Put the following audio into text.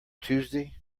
tuesday